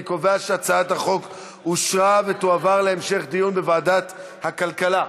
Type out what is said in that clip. אני קובע שהצעת החוק אושרה ותועבר להמשך דיון בוועדת הכלכלה.